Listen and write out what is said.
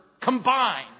combined